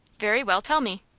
very well, tell me.